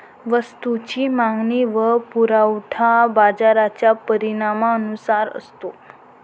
वस्तूची मागणी व पुरवठा बाजाराच्या परिणामानुसार असतो